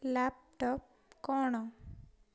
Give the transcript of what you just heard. laptop କ'ଣ